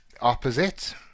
opposite